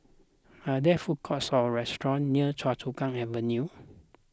are there food courts or restaurants near Choa Chu Kang Avenue